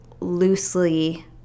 loosely